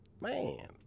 man